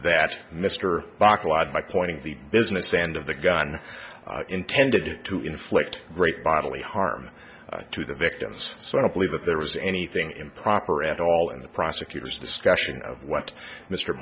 in the business end of the gun intended to inflict great bodily harm to the victims so i don't believe that there was anything improper at all in the prosecutor's discussion of what mr